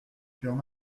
furent